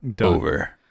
over